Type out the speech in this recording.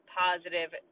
positive